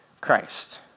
Christ